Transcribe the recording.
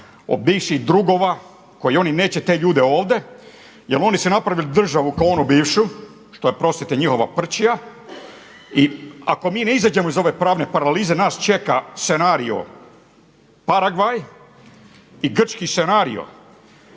od bivših drugova koje oni neće te ljude ovde. Jer oni su napravili državu kao onu bivšu, što je oprostite njihova prčija. I ako mi ne iziđemo iz ove pravne paralize nas čeka scenario Paragvaj i Grčki scenario.